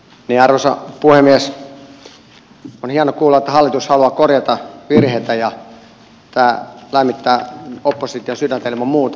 on hieno kuulla että hallitus haluaa korjata virheitä ja tämä lämmittää opposition sydäntä ilman muuta